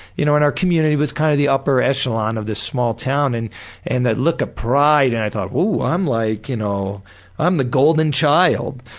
you know in our community was kind of the upper echelon of this small town, and and that look of ah pride, and i thought, ooh, i'm like, you know i'm the golden child